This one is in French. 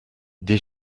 des